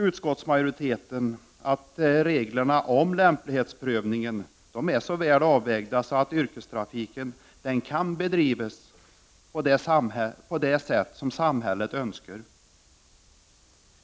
Utskottsmajoriteten anser dock att reglerna om lämplighetsprövning är så väl avvägda att yrkestrafiken kan bedrivas på det sätt som samhället önskar.